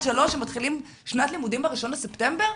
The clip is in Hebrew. שלוש ומתחילים שנת לימודים ב-1 בספטמבר?